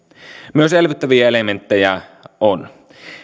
myös elvyttäviä elementtejä on